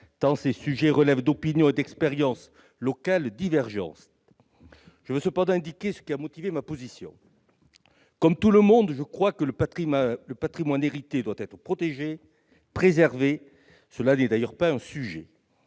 tant ces sujets relèvent d'opinions et d'expériences locales divergentes. Je veux cependant indiquer ce qui a motivé ma position. Comme tout le monde, je crois que le patrimoine hérité doit être protégé, préservé. Ce n'est d'ailleurs pas un sujet.